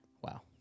Wow